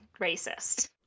racist